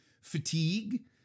fatigue